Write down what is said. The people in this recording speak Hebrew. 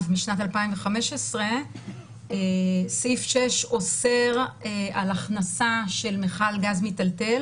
משנת 2015. סעיף 6 אוסר על הכנסה של מכל גז מטלטל